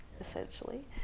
essentially